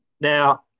Now